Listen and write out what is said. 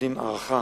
נותנים הארכה,